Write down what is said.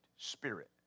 Spirit